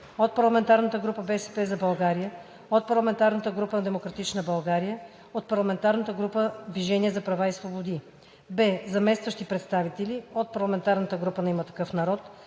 от парламентарната група на „БСП за България“; - от парламентарната група на „Демократична България“; - от парламентарната група на „Движение за права и свободи“. б) Заместващи представители: - от парламентарната група на „Има такъв народ“;